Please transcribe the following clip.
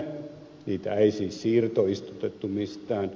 niitä ei siis siirtoistutettu mistään